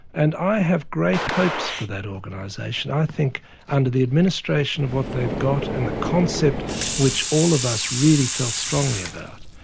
and i have great hopes for that organisation, i think under the administration of what they've got, and the concept which all of us really felt strongly about,